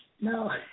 No